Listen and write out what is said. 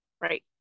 right